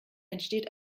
entsteht